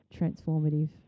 transformative